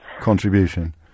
contribution